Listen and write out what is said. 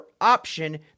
option